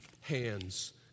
hands